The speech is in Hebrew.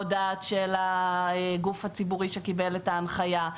הדעת של הגוף הציבורי שקיבל את ההנחיה.